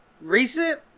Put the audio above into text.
Recent